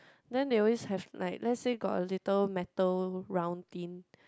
then they always have like let's say got a little metal round tin